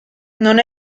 non